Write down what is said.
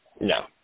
No